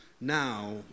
Now